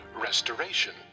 Restoration